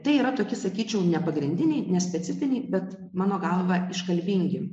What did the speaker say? tai yra toki sakyčiau nepagrindiniai nespecifiniai bet mano galva iškalbingi